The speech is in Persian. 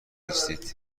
نیستید